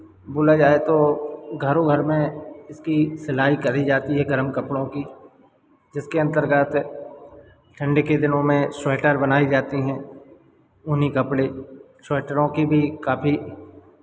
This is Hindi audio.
बोला जाए तो घरों घर में इसकी सिलाई करी जाती है गरम कपड़ों की जिसके अंतर्गत ठंड के दिनों में स्वेटर बनाई जाती हैं ऊनी कपड़े स्वेटरों के भी काफी